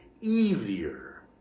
easier